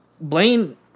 Blaine